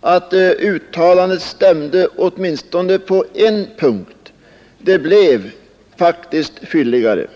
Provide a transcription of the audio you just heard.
att uttalandet stämde åtminstone på en punkt. Det blev faktiskt ”fylligare”.